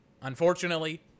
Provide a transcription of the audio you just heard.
Unfortunately